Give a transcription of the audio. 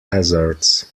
hazards